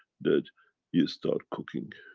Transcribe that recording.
that you start cooking.